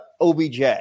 obj